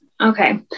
Okay